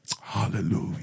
Hallelujah